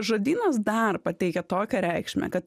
žodynas dar pateikia tokią reikšmę kad